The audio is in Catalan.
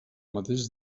mateix